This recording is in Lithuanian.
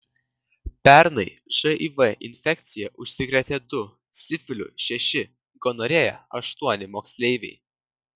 pernai živ infekcija užsikrėtė du sifiliu šeši gonorėja aštuoni moksleiviai